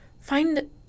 find